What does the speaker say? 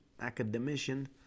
academician